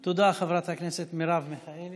תודה, חברת הכנסת מרב מיכאלי.